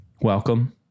Welcome